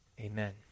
Amen